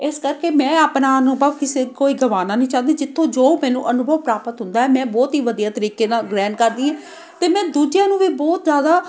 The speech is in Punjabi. ਇਸ ਕਰਕੇ ਮੈਂ ਆਪਣਾ ਅਨੁਭਵ ਕਿਸੇ ਕੋਈ ਗਵਾਉਣਾ ਨਹੀਂ ਚਾਹੁੰਦੀ ਜਿੱਥੋਂ ਜੋ ਮੈਨੂੰ ਅਨੁਭਵ ਪ੍ਰਾਪਤ ਹੁੰਦਾ ਮੈਂ ਬਹੁਤ ਹੀ ਵਧੀਆ ਤਰੀਕੇ ਨਾਲ ਗ੍ਰਹਿਣ ਕਰਦੀ ਹੈ ਅਤੇ ਮੈਂ ਦੂਜਿਆਂ ਨੂੰ ਵੀ ਬਹੁਤ ਜ਼ਿਆਦਾ